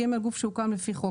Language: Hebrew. גוף שהוקם לפי חוק.